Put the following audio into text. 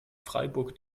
freiburg